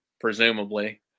presumably